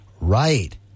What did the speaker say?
Right